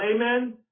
Amen